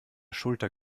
schulter